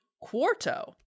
Quarto